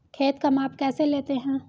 खेत का माप कैसे लेते हैं?